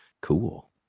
Cool